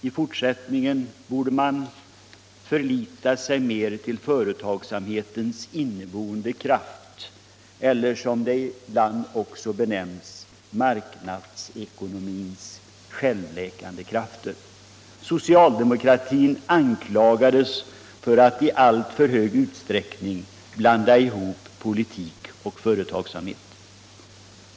I fortsättningen borde man förlita sig mer på företagsamhetens inneboende kraft eller, som det ibland också benämns, marknadsekonomins självläkande krafter. Socialdemokratin anklagades för att i alltför stor utsträckning blanda ihop politik och företagsamhet.